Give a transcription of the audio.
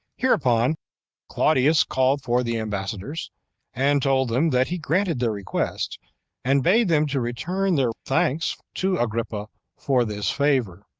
hereupon claudius called for the ambassadors and told them that he granted their request and bade them to return their thanks to agrippa for this favor,